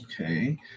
Okay